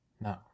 no